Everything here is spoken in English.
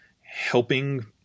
helping